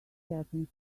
happens